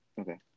Okay